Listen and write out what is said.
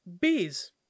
bees